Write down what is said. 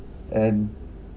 and okay